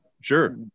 Sure